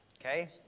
Okay